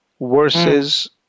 versus